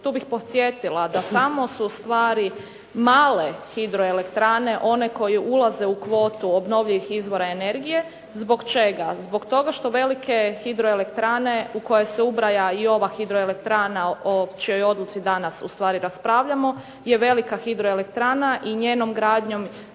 Tu bih podsjetila da samo su stvari male hidroelektrane one koje ulaze u kvotu obnovljivih izvora energije. Zbog čega? Zbog toga što velike hidro elektrane u koje se ubraja i ova hidro elektrana o čijoj odluci danas u stvari raspravljamo je velika hidroelektrana i njenom gradnjom